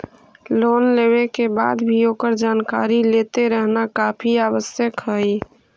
loan लेवे के बाद भी ओकर जानकारी लेते रहना काफी आवश्यक हइ